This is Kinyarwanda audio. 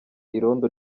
irondo